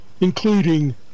including